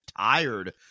tired